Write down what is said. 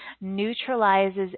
neutralizes